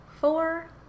four